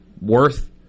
worth